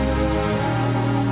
em